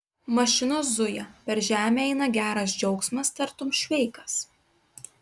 mašinos zuja per žemę eina geras džiaugsmas tartum šveikas